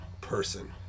person